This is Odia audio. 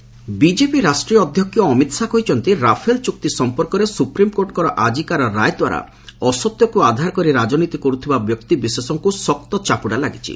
ଅମିତ ଶାହା ରାଫେଲ ବିଜେପି ରାଷ୍ଟ୍ରିୟ ଅଧ୍ୟକ୍ଷ ଅମିତ ଶାହା କହିଛନ୍ତି ରାଫେଲ ଚୁକ୍ତି ସମ୍ପର୍କରେ ସୁପ୍ରିମକୋର୍ଟଙ୍କର ଆଜିକାର ରାୟ ଦ୍ୱାରା ଅସତ୍ୟକ୍ତ ଆଧାର କରି ରାଜନୀତି କରୁଥିବା ବ୍ୟକ୍ତିବିଶେଷଙ୍କୁ ଶକ୍ତ ଚାପୁଡା ଲାଗିଛି